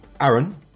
Aaron